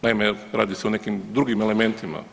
Naime, radi se o nekim drugim elementima.